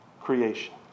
creation